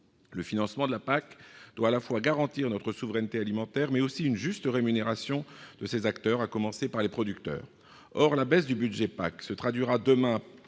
Le financement de la PAC doit non seulement garantir notre souveraineté alimentaire, mais aussi assurer une juste rémunération de ses acteurs, à commencer par les producteurs. Or la baisse du budget de la PAC se traduira, demain,